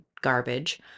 garbage